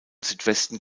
südwesten